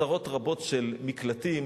עשרות רבות של מקלטים,